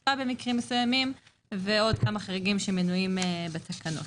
ועוד כמה חריגים שמנויים בתקנות.